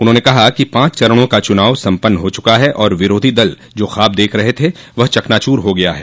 उन्होंने कहा कि पांच चरणों का चुनाव सम्पन्न हो चुका है और विरोधी दल जो ख्वाब देख रहे थे वह चकनाचूर हो गया है